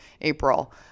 April